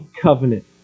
covenant